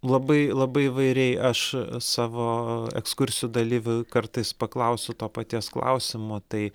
labai labai įvairiai aš savo ekskursijų dalyvių kartais paklausiu to paties klausimo tai